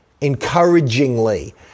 encouragingly